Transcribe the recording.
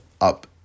up